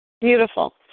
beautiful